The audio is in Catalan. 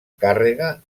càrrega